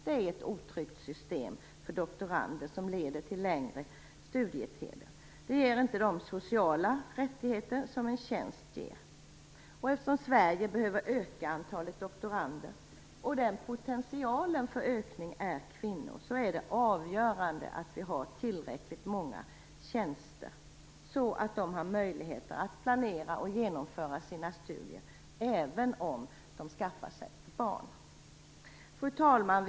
Det är ett otryggt system för doktorander som leder till längre studietider. Det ger inte de sociala rättigheter som en tjänst ger. Eftersom Sverige behöver öka antalet doktorander och potentialen för ökning är kvinnor, är det avgörande att vi har tillräckligt många tjänster så att de har möjlighet att planera och genomföra sina studier, även om de skaffar sig ett barn. Fru talman!